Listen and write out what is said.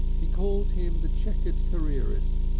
he called him the chequered careerist,